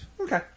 Okay